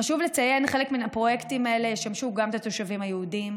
חשוב לציין: חלק מהפרויקטים האלה ישמשו גם את התושבים היהודים,